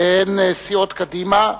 סיעת קדימה,